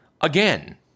Again